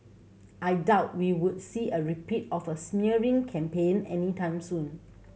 I doubt we would see a repeat of a smearing campaign any time soon